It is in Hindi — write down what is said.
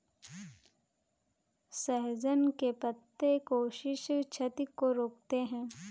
सहजन के पत्ते कोशिका क्षति को रोकते हैं